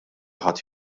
ħadd